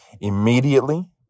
Immediately